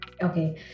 Okay